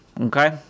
okay